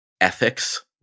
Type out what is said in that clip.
ethics